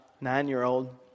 nine-year-old